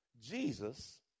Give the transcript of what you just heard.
Jesus